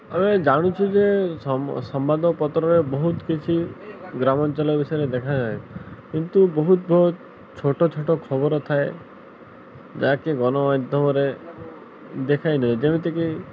ଆମେ ଜାଣୁଛୁ ଯେ ସମ୍ବାଦ ପତ୍ରରେ ବହୁତ କିଛି ଗ୍ରାମାଞ୍ଚଳ ବିଷୟରେ ଦେଖାଯାଏ କିନ୍ତୁ ବହୁତ ବହୁତ ଛୋଟ ଛୋଟ ଖବର ଥାଏ ଯାହାକି ଗଣମାଧ୍ୟମରେ ଦେଖାଏ ନାହିଁ ଯେମିତିକି